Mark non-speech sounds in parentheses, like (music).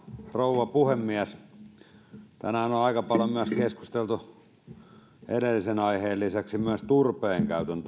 rouva puhemies tänään on aika paljon myös keskusteltu edellisen aiheen lisäksi turpeen käytön (unintelligible)